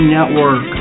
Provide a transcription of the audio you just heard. Network